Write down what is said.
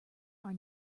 are